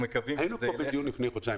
היינו פה בדיון לפני חודשיים.